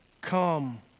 Come